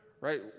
right